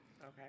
Okay